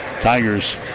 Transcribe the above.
Tigers